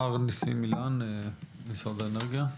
מר נסים אילן, משרד האנרגיה.